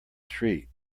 street